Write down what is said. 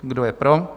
Kdo je pro?